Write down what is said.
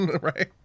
right